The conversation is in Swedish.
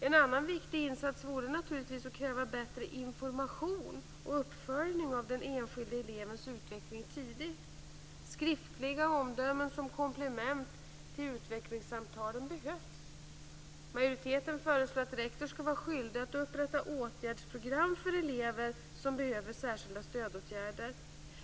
En annan viktigt insats vore naturligtvis att tidigt kräva bättre information och uppföljning av den enskilde elevens utveckling. Skriftliga omdömen som komplement till utvecklingssamtalen behövs. Majoriteten föreslår att rektor skall vara skyldig att upprätta åtgärdsprogram för elever som behöver särskilda stödåtgärder.